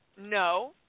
No